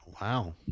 Wow